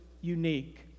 unique